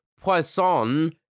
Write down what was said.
poisson